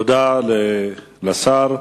תודה לשר.